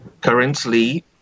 currently